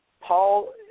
Paul